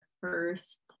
first